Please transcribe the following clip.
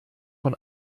von